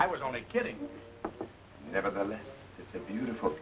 i was only kidding nevertheless it's a beautiful